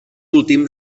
últim